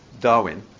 Darwin